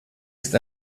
ist